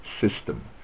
system